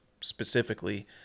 specifically